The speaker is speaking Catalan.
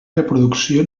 reproducció